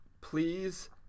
please